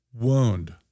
wound